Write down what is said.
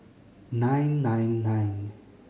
nine nine nine